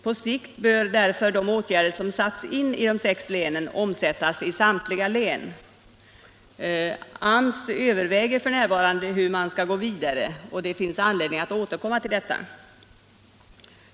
På sikt bör därför de åtgärder som satts in i de sex länen vidtas i samtliga län. AMS överväger f. n. hur man skall gå vidare, och det finns anledning att återkomma till detta.